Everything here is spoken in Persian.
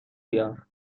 بیار